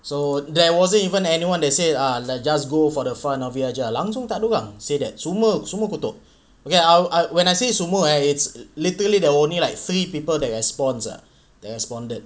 so there wasn't even any one they say !alah! just go for the fun of biar jer langsung takde orang say that semua semua kutuk okay I'll I when I say semua eh it's literally there only like three people that response ah that responded